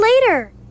later